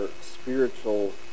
spiritual